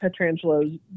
Petrangelo's